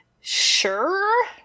sure